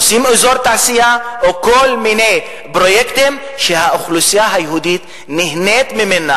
עושים אזור תעשייה או כל מיני פרויקטים שהאוכלוסייה היהודית נהנית מהם.